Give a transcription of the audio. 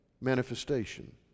manifestation